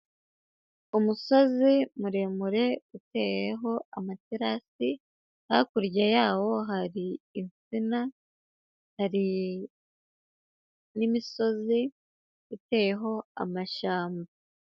Umusozi muremure uteyeho amaterasi, hakurya yawo hari insina, hari n'imisozi iteyeho amashyamba.